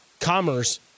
commerce